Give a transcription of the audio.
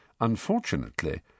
Unfortunately